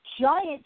giant